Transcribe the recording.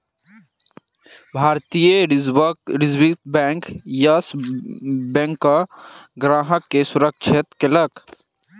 भारतीय reserve bank, Yes बैंकक ग्राहक के सुरक्षित कयलक